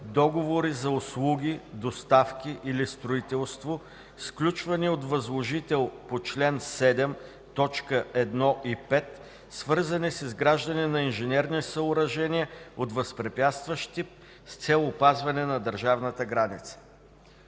договори за услуги, доставки или строителство, сключвани от възложител по чл. 7, т. 1 и 5, свързани с изграждане на инженерни съоръжения от възпрепятстващ тип с цел опазване на държавната граница.”.